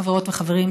חברות וחברים,